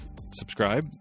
subscribe